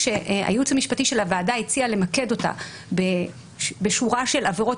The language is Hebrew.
כשהייעוץ המשפטי של הוועדה הציע למקד אותה בשורה של עבירות